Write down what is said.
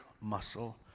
muscle